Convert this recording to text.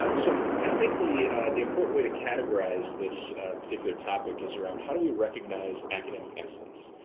ah so i think the the important way to categorize this particular topic is around how do we recognize academic excellence?